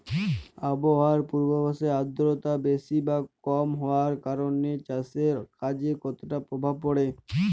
আবহাওয়ার পূর্বাভাসে আর্দ্রতা বেশি বা কম হওয়ার কারণে চাষের কাজে কতটা প্রভাব পড়ে?